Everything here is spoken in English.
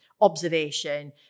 observation